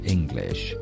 English